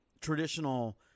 traditional